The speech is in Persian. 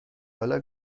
حالا